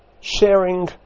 Sharing